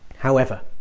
however,